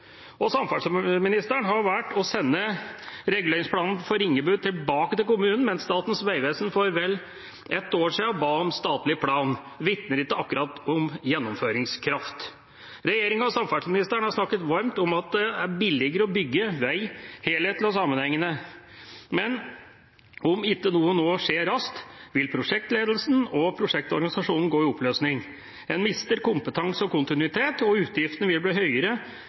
ambisjonene. Samferdselsministeren har valgt å sende reguleringsplanen for Ringebu tilbake til kommunen, mens Statens vegvesen for vel et år siden ba om en statlig plan. Det vitner ikke akkurat om gjennomføringskraft. Regjeringa og samferdselsministeren har snakket varmt om at det er billigere å bygge vei helhetlig og sammenhengende. Men om ikke noe nå skjer raskt, vil prosjektledelsen og prosjektorganisasjonen gå i oppløsning. En mister kompetanse og kontinuitet, og utgiftene vil bli høyere